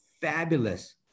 fabulous